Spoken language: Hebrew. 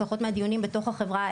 לפחות מהדיונים בתוך החברה,